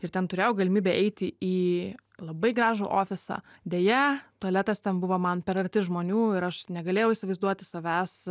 ir ten turėjau galimybę eiti į labai gražų ofisą deja tualetas ten buvo man per arti žmonių ir aš negalėjau įsivaizduoti savęs